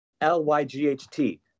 L-Y-G-H-T